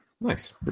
Nice